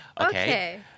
Okay